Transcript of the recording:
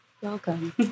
welcome